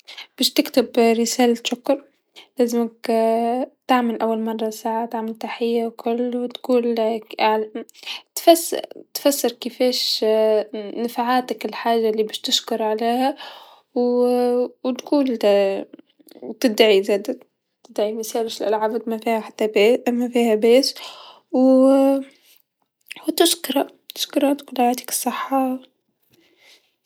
باش تكتب رسالة شكر لازمك يها ل أول مرا ساعه تحيه و كل و تقول تفسر تفسر كيفاش نفعاتك الحاجه باش تشكر عليها و تقول دا تدعي زاد ميسالش ألعابك مافيها حتى باي أما فيها بيس و تشكره، تشكره تقوله يعطيك الصحه.